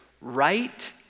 right